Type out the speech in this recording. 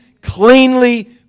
cleanly